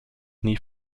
nie